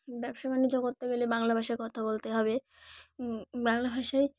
ব্যবসা বাণিজ্য করতে গেলে বাংলা ভাষায় কথা বলতে হবে বাংলা ভাষায়